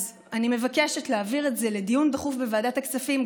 אז אני מבקשת להעביר את זה לדיון דחוף בוועדת הכספים,